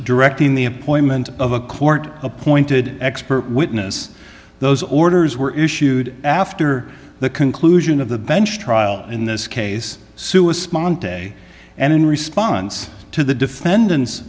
directing the appointment of a court appointed expert witness those orders were issued after the conclusion of the bench trial in this case sue is spawn today and in response to the defendant's